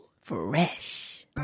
Fresh